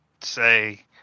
say